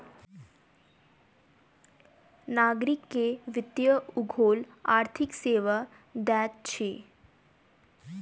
नागरिक के वित्तीय उद्योग आर्थिक सेवा दैत अछि